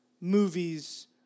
Movies